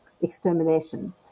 extermination